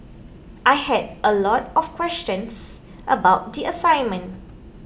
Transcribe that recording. I had a lot of questions about the assignment